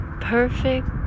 perfect